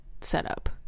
setup